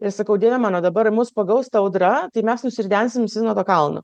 ir sakau dieve mano dabar mus pagaus ta audra tai mes nusiridensim visi nuo to kalno